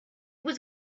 was